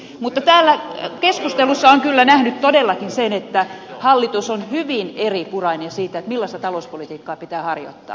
mutta täällä keskustelussa on kyllä nähnyt todellakin sen että hallitus on hyvin eripurainen siitä millaista talouspolitiikkaa pitää harjoittaa